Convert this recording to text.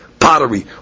pottery